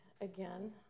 again